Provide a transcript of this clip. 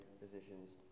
positions